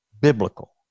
biblical